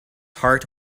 heart